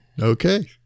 okay